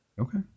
Okay